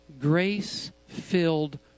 grace-filled